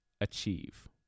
achieve